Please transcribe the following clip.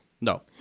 No